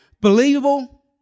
believable